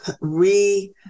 re